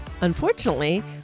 unfortunately